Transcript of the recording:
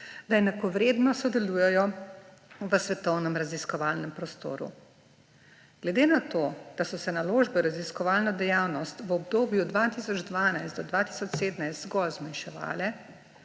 da enakovredno sodelujejo v svetovnem raziskovalnem prostoru. Glede na to, da so se naložbe v raziskovalno dejavnost v obdobju od 2012 do 2017 zgolj zmanjševale,